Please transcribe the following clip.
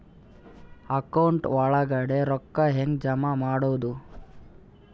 Account ಒಳಗಡೆ ರೊಕ್ಕ ಹೆಂಗ್ ಜಮಾ ಮಾಡುದು?